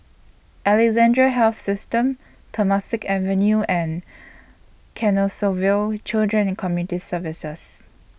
Alexandra Health System Temasek Avenue and Canossaville Children and Community Services